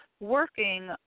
working